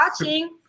watching